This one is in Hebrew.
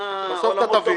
אורן חזן, תן לו.